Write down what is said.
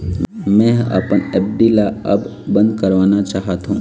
मै ह अपन एफ.डी ला अब बंद करवाना चाहथों